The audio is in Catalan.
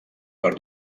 per